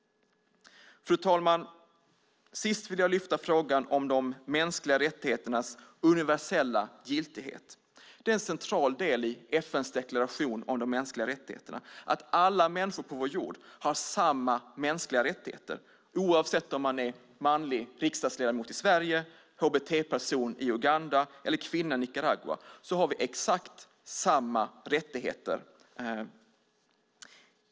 Fru talman! Till sist vill jag lyfta upp frågan om de mänskliga rättigheternas universella giltighet. Det är en central del i FN:s deklaration om de mänskliga rättigheterna att alla människor på vår jord har samma mänskliga rättigheter. Oavsett om man är manlig riksdagsledamot i Sverige, hbt-person i Uganda eller kvinna i Nicaragua har man exakt samma rättigheter.